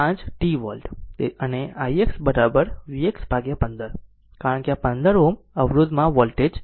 5 t volt અને ix vx 15 કારણ કે આ 15 Ω અવરોધમાં વોલ્ટેજ vx છે